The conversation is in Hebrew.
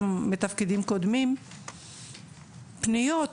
בתפקידים קודמים, פניות,